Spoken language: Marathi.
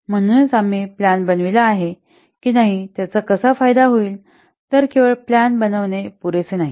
म्हणूनच आम्ही प्लॅन बनविला आहे की नाही त्याचा कसा फायदा होईल तर केवळ प्लॅन बनवणे पुरेसे नाही